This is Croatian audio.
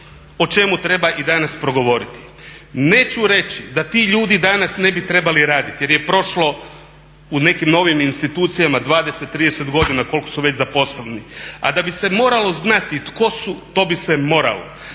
o čemu treba i danas progovoriti. Neću reći da ti ljudi danas ne bi trebali raditi jer je prošlo u nekim novim institucijama 20-30 godina koliko su već zaposleni, a da bi se moralo znati tko su to bi se moralo,